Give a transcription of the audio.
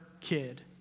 kid